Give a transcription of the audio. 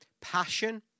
Passion